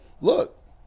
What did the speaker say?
look